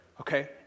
okay